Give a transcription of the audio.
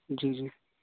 जी जी